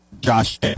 josh